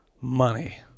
Money